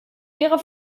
wäre